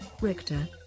Richter